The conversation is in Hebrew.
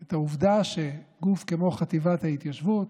את העובדה שחטיבת ההתיישבות,